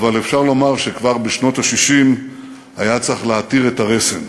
אבל אפשר לומר שכבר בשנות ה-60 היה צריך להתיר את הרסן.